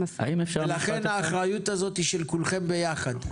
לכן האחריות הזאת היא של כולכם ביחד.